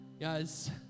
Guys